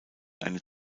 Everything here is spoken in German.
eine